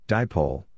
Dipole